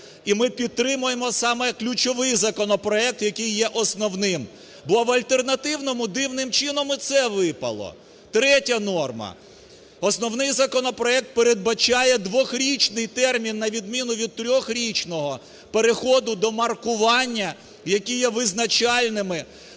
І ми підтримуємо саме ключовий законопроект, який є основним, бо в альтернативному дивним чином і це випало. Третя норма. Основний законопроект передбачає 2-річний термін, на відміну від 3-річного переходу до маркування, які є визначальними